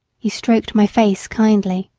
he stroked my face kindly.